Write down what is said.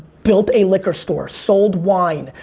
built a liquor store, sold wine.